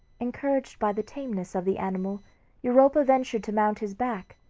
encouraged by the tameness of the animal europa ventured to mount his back,